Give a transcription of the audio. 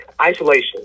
isolation